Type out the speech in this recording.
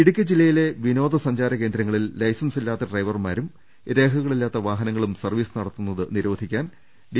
ഇടുക്കി ജില്ലയിലെ വിനോദസഞ്ചാര കേന്ദ്രങ്ങളിൽ ലൈസൻസില്ലാത്ത ഡ്രൈവർമാരും രേഖകളില്ലാത്ത വാഹന ങ്ങളും സർവ്വീസ് നടത്തുന്നത് നിരോധിക്കാൻ ഡി